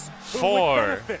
four